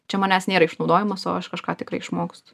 čia manęs nėra išnaudojimas o aš kažką tikrai išmokstu